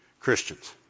Christians